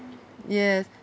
yes